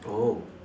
oh